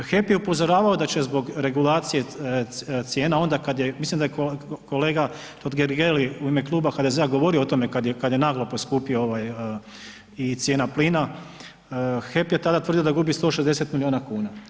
HEP je upozoravao da će zbog regulacije cijena onda kaj je, mislim da kolega Totgergeli u ime Kluba HDZ-a govorio o tome kad je naglo poskupio ovaj i cijena plina, HEP je tada tvrdio da gubi 160 miliona kuna.